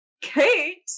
kate